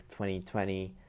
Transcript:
2020